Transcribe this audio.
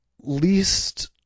least